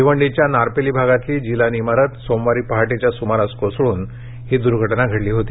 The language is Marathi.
भिवंडीच्या नारपेली भागातली जिलानी इमारत सोमवारी पहाटेच्या सुमारास कोसळून ही द्र्घटना घडली होती